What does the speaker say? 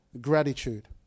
Gratitude